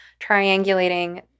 triangulating